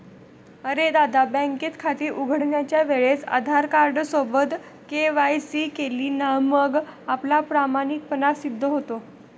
अरे दादा, बँकेत खाते उघडण्याच्या वेळेस आधार कार्ड सोबत के.वाय.सी केली ना मग आपला प्रामाणिकपणा सिद्ध होतो